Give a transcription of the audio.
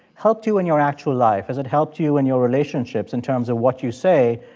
helped you in your actual life? has it helped you in your relationships, in terms of what you say,